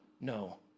no